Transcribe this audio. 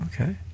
okay